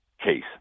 case